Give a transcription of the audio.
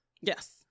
Yes